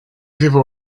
people